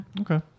Okay